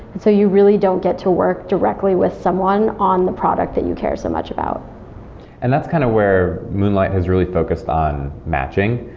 so you really don't get to work directly with someone on the product that you care so much about and that's kind of where moonlight has really focused on matching.